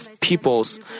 peoples